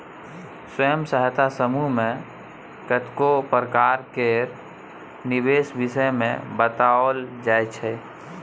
स्वयं सहायता समूह मे कतेको प्रकार केर निबेश विषय मे बताओल जाइ छै